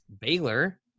Baylor